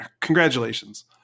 Congratulations